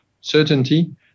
certainty